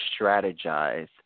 strategize